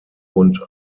und